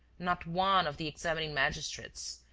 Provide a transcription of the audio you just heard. not one of the examining magistrates,